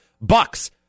Bucks